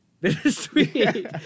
Bittersweet